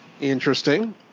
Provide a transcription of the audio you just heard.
Interesting